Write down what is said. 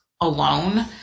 alone